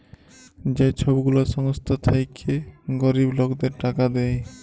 যে ছব গুলা সংস্থা থ্যাইকে গরিব লকদের টাকা দেয়